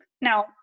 Now